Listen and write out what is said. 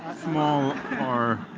small r,